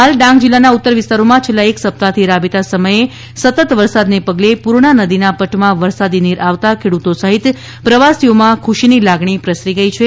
હાલ ડાંગ જિલ્લાના ઉત્તર વિસ્તારોમાં છેલ્લા એક સપ્તાહથી રાબેતા સમયે સતત વરસાદને પગલે પૂર્ણા નદીના પટમાં વરસાદી નીર આવતા ખેડૂતો સહિત પ્રવાસીઓમાં ખુશી ની લાગણી પ્રસરી ગઈ હતી